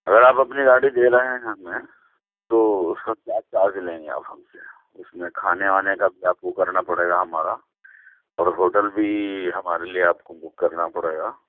اگر آپ اپنی گاڑی دے رہے ہیں ہمیں تو اُس کا کیا چارج لیں گے آپ ہم سے اُس میں کھانے وانے کا کیا کچھ کرنا پڑے گا ہمارا اور ہوٹل بھی ہمارے لئے آپ کو بک کرنا پڑے گا